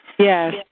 Yes